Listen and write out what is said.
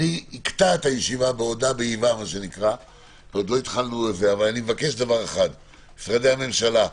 אקטע את הישיבה, ואני מבקש לגבי הממשלה,